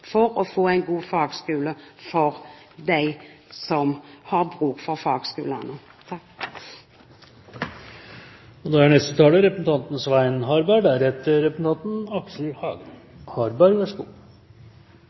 for å få en god fagskole for dem som har bruk for fagskolene.